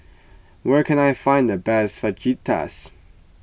where can I find the best Fajitas